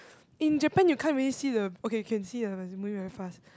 in Japan you can't really see the okay can see lah but it's moving very fast